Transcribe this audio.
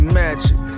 magic